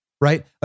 right